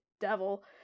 devil